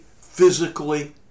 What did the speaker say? physically